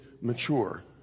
mature